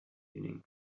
evening